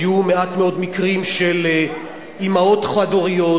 היו מעט מאוד מקרים של אמהות חד-הוריות,